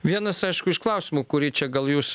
vienas aišku iš klausimų kurį čia gal jūs